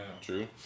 True